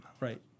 Right